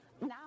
Now